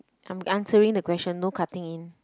I'm answering the question no cutting in